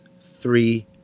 three